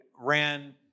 ran